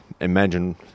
imagine